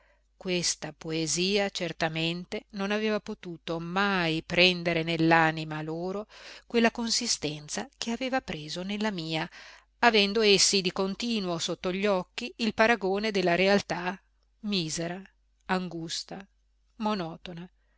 questa poesia certamente non aveva potuto mai prendere nell'anima loro quella consistenza che aveva preso nella mia avendo essi di continuo sotto gli occhi il paragone della realtà misera angusta monotona